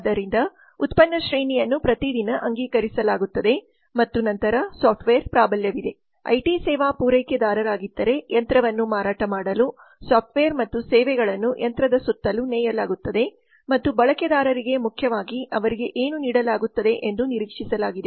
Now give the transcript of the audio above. ಆದ್ದರಿಂದ ಉತ್ಪನ್ನ ಶ್ರೇಣಿಯನ್ನು ಪ್ರತಿದಿನ ಅಂಗೀಕರಿಸಲಾಗುತ್ತದೆ ಮತ್ತು ನಂತರ ಸಾಫ್ಟ್ವೇರ್ ಪ್ರಾಬಲ್ಯವಿದೆ ಐಟಿ ಸೇವಾ ಪೂರೈಕೆದಾರರಾಗಿದ್ದರೆ ಯಂತ್ರವನ್ನು ಮಾರಾಟ ಮಾಡಲು ಸಾಫ್ಟ್ವೇರ್ ಮತ್ತು ಸೇವೆಗಳನ್ನು ಯಂತ್ರದ ಸುತ್ತಲೂ ನೇಯಲಾಗುತ್ತದೆ ಮತ್ತು ಬಳಕೆದಾರರಿಗೆ ಮುಖ್ಯವಾಗಿ ಅವರಿಗೆ ಏನು ನೀಡಲಾಗುತ್ತದೆ ಎಂದು ನಿರೀಕ್ಷಿಸಲಾಗಿದೆ